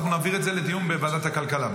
אנחנו נעביר את זה לדיון בוועדת הכלכלה,